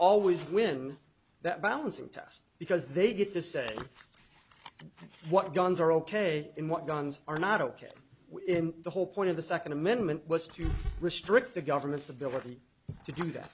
always win that balancing test because they get to say what guns are ok in what guns are not ok and the whole point of the second amendment was to restrict the government's ability to do that